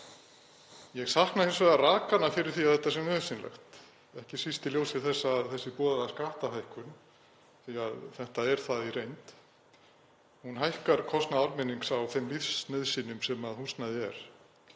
Ég sakna hins vegar rakanna fyrir því að þetta sé nauðsynlegt, ekki síst í ljósi þess að þessi boðaða skattahækkun, því að þetta er það í reynd, hækkar kostnað almennings vegna þeirrar lífsnauðsynjar sem húsnæði er